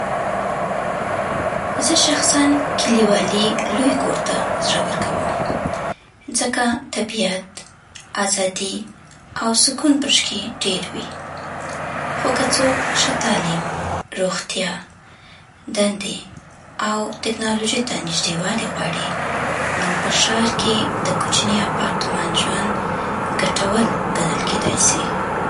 زه شخصاً کلیوالي لوی کور ته زړه ورکوم، ځکه طبیعت، ازادي او سکون پشکې ډېر وي. خو که څوک ښه تعلیم، روغتیا، دندې او ټکنالوژۍ ته نږدېوالی غواړي، نو په ښار کې د کوچني اپارتمان ژوند ګټور ګڼل کېدای سی.